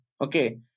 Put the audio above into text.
Okay